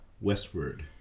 westward